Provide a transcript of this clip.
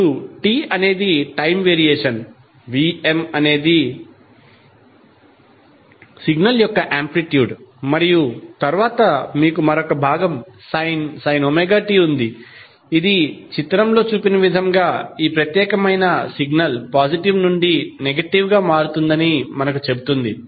ఇప్పుడు t అనేది time variation Vm అనేది సిగ్నల్ యొక్క ఆంప్లిట్యూడ్ మరియు తరువాత మీకు మరొక భాగం sin ωt ఉంది ఇది చిత్రంలో చూపిన విధంగా ఈ ప్రత్యేకమైన సిగ్నల్ పాజిటివ్ నుండి నెగటివ్ గా మారుతుందని మనకు చెబుతుంది